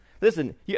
Listen